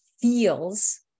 feels